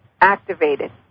activated